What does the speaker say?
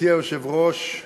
גברתי היושבת-ראש,